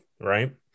right